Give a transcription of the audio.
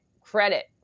credit